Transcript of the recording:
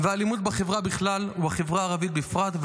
והאלימות בחברה בכלל ובחברה הערבית בפרט,